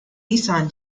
nissan